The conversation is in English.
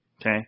Okay